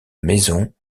maison